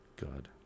god